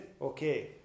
Okay